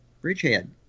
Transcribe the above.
bridgehead